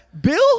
Bill